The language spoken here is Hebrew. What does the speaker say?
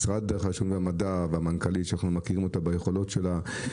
משרד החדשנות והמדע והמנכ"לית שאנחנו מכירים אותה ביכולות שלה.